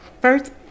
first